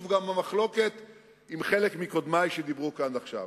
ובו אני גם במחלוקת עם חלק מקודמי שדיברו כאן עד עכשיו.